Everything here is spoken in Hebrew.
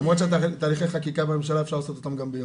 למרות שתהליכי חקיקה בממשלה אפשר לעשות אותם גם ביום.